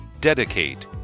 Dedicate